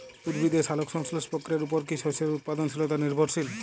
উদ্ভিদের সালোক সংশ্লেষ প্রক্রিয়ার উপর কী শস্যের উৎপাদনশীলতা নির্ভরশীল?